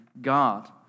God